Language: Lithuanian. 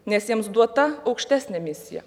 nes jiems duota aukštesnė misija